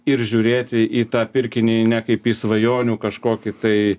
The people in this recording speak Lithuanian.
ir žiūrėti į tą pirkinį ne kaip į svajonių kažkokį tai